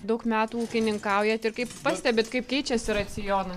daug metų ūkininkaujat ir kaip pastebit kaip keičiasi raciona